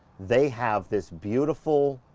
they have this beautiful.